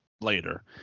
later